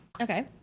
Okay